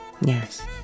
Yes